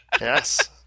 yes